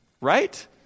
right